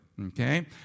okay